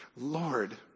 Lord